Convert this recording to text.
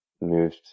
moved